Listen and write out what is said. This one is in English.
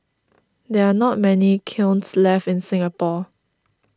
there are not many kilns left in Singapore